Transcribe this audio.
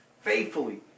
faithfully